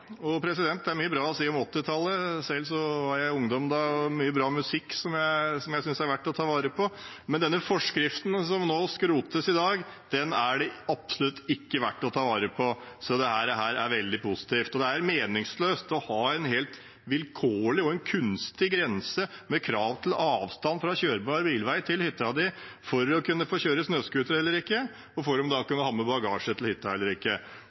det er mye bra å si om 1980-tallet. Selv var jeg ungdom da – det var mye bra musikk som jeg synes det er verdt å ta vare på, men denne forskriften som skrotes i dag, er det absolutt ikke verdt å ta vare på. Så dette er veldig positivt. Det er meningsløst å ha en helt vilkårlig og kunstig grense med krav til avstand fra kjørbar bilvei til hytta for å kunne få kjøre snøscooter eller ikke og for å kunne ha med bagasje eller ikke. Dagens kunstige grense har ført til